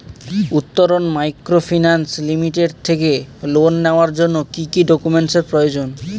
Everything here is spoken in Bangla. উত্তরন মাইক্রোফিন্যান্স লিমিটেড থেকে লোন নেওয়ার জন্য কি কি ডকুমেন্টস এর প্রয়োজন?